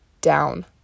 down